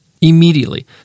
immediately